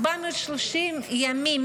430 ימים.